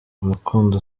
urukundo